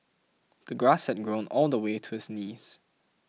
the grass had grown all the way to his knees